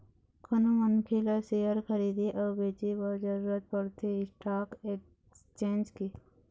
कोनो मनखे ल सेयर खरीदे अउ बेंचे बर जरुरत पड़थे स्टाक एक्सचेंज के